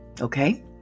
okay